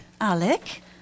Alec